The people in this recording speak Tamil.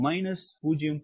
07